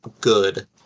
good